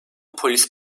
polis